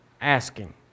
asking